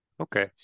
Okay